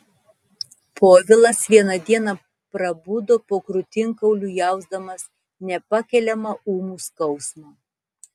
povilas vieną dieną prabudo po krūtinkauliu jausdamas nepakeliamą ūmų skausmą